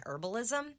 herbalism